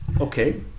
okay